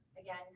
again